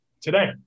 today